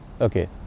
Okay